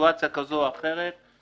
בסיטואציה כזו או אחרת,